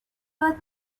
but